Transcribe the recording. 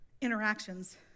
interactions